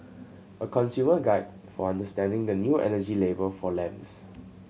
a consumer guide for understanding the new energy label for lamps